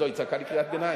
לא, היא צעקה לי קריאת ביניים.